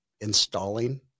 installing